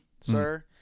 sir